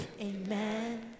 Amen